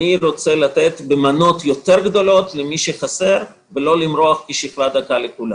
אני רוצה לתת במנות יותר גדולות למי שחסר ולא למרוח כשכבה דקה לכולם.